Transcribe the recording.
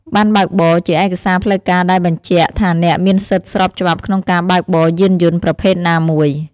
ប័ណ្ណបើកបរ ជាឯកសារផ្លូវការដែលបញ្ជាក់ថាអ្នកមានសិទ្ធិស្របច្បាប់ក្នុងការបើកបរយានយន្តប្រភេទណាមួយ។